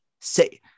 Say